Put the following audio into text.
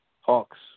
Hawks